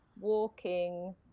walking